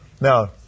Now